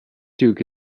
duke